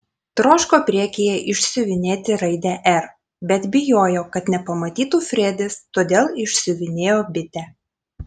troško priekyje išsiuvinėti raidę r bet bijojo kad nepamatytų fredis todėl išsiuvinėjo bitę